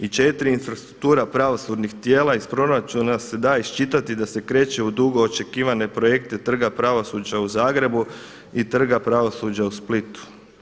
I četiri, infrastruktura pravosudnih tijela iz proračuna se daje iščitati da se kreće u dugo očekivane projekte trga pravosuđa u Zagrebu i trga pravosuđa u Splitu.